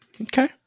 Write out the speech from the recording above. Okay